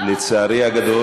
לצערי הגדול,